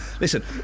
Listen